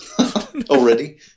already